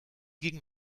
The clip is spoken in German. gegen